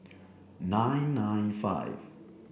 nine nine five